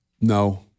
No